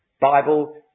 Bible